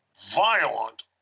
Violent